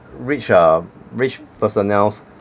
rich uh rich personnels